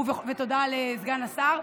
ותודה לסגן השר.